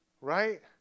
Right